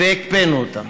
והקפאנו אותם.